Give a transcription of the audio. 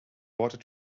water